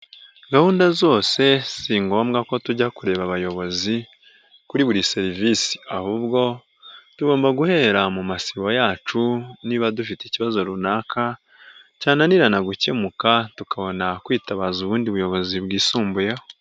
Gahunda zose si ngombwa ko tujya kureba abayobozi kuri buri serivisi, ahubwo tugomba guhera mu masibo yacu niba dufite ikibazo runaka, cyananirana gukemuka tukabona kwitabaza ubundi buyobozi bwisumbuyeho.